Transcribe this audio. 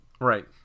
right